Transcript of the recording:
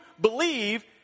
believe